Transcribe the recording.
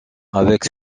avec